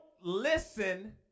listen